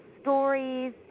stories